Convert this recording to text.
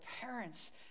Parents